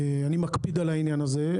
אני מקפיד על העניין הזה.